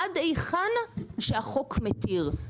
עד היכן שהחוק מתיר.